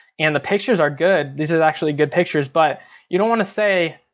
and the pictures are good. these are actually good pictures, but you don't want to say,